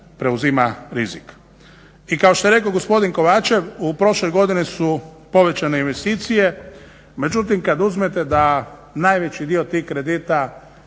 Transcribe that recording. preuzima rizik. I kao što je rekao gospodin Kovačev u prošloj godini su povećane investicije, međutim kada uzmete da najveći dio tih kredita